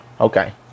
Okay